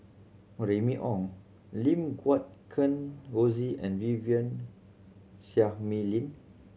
Remy Ong Lim Guat Kheng Rosie and Vivien Seah Mei Lin